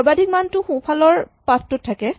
সৰ্বাধিক মানটো সোঁফালৰ পাথ টোত থাকে